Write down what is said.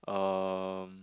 um